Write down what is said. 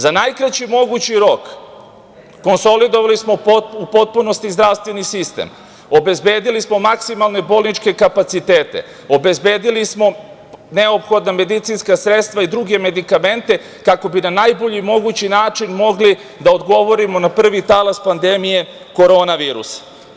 Za najkraći mogući rok konsolidovali smo u potpunosti zdravstveni sistem, obezbedili smo maksimalne bolničke kapacitete, obezbedili smo neophodna medicinska sredstva i druge medikamente, kako bi na najbolji mogući način, mogli da odgovorimo na prvi talas pandemije korona virusa.